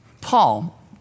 Paul